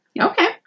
Okay